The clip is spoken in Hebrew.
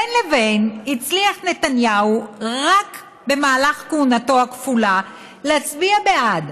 ובין לבין הצליח נתניהו במהלך כהונתו הכפולה להצביע בעד